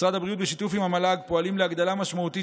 משרד הבריאות בשיתוף המל"ג פועלים להגדלה משמעותית